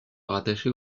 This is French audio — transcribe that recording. rattacher